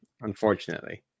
Unfortunately